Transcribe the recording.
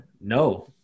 no